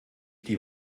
die